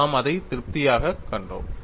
நாம் அதை திருப்தியாகக் கண்டோம்